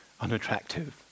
unattractive